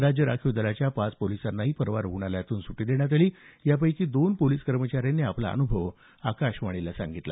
राज्य राखीव दलाच्या पाच पोलिसांनाही परवा रुग्णालयातून सुटी देण्यात आली यापैकी दोन पोलीस कर्मचाऱ्यांनी आपला अनुभव आकाशवाणीला सांगितला